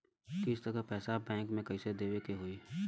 किस्त क पैसा बैंक के कइसे देवे के होई?